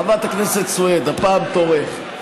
חברת הכנסת סויד, הפעם תורך.